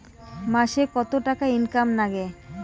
মাসে কত টাকা ইনকাম নাগে?